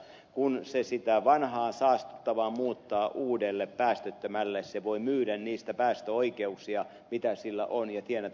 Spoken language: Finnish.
kun se sitä vanhaa saastuttavaa muuttaa uudelle päästöttömälle se voi myydä niistä päästöoikeuksia mitä sillä on ja tienata